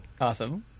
awesome